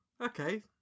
okay